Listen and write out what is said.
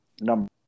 number